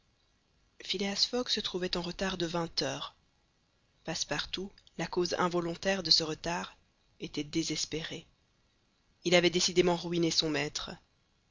fogg se trouvait en retard de vingt heures passepartout la cause involontaire de ce retard était désespéré il avait décidément ruiné son maître